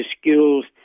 skills